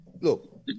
look